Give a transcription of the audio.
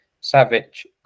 Savage